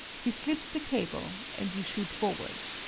he slips the cable, and you shoot forward.